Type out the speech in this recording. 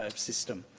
ah system.